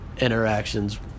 interactions